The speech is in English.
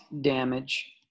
damage